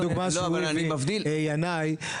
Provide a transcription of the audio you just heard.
הדוגמה שינאי הביא,